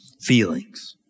feelings